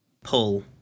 pull